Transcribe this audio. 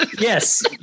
Yes